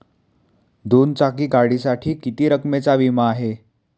दोन चाकी गाडीसाठी किती रकमेचा विमा आहे?